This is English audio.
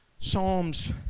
Psalms